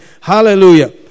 Hallelujah